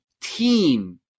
team